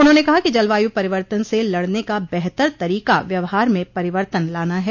उन्होंने कहा कि जलवायु परिवर्तन से लड़ने का बेहतर तरीका व्यवहार में परिवर्तन लाना है